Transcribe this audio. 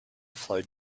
flowed